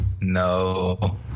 No